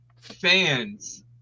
fans